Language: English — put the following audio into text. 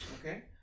Okay